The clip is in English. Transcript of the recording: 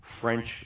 French